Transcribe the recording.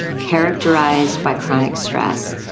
characterised by chronic stress.